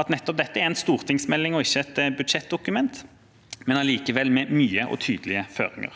at dette er en stortingsmelding og ikke et budsjettdokument, men allikevel med nye og tydelige føringer.